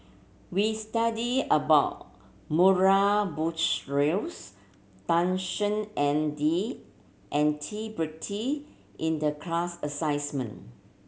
we studied about Murray Buttrose Tan Shen and D N T Pritt in the class assessment